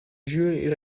jury